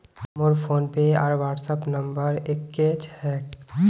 मोर फोनपे आर WhatsApp number एक क छेक